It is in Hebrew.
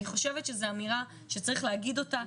אני חושבת שזו אמירה שצריך להגיד אותה,